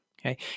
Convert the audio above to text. Okay